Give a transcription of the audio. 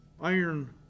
iron